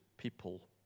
people